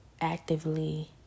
actively